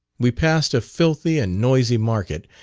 we passed a filthy and noisy market,